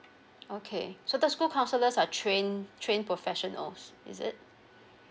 okay so the school counsellors are trained trained professionals is it